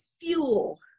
fuel